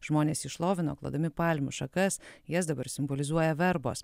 žmonės jį šlovino klodami palmių šakas jas dabar simbolizuoja verbos